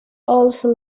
also